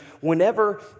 whenever